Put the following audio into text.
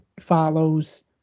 follows